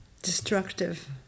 Destructive